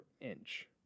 inch